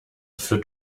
für